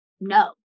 no